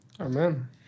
Amen